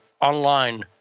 online